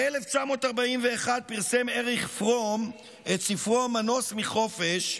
ב-1941 פרסם אריך פרום את ספרו "מנוס מחופש",